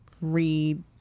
read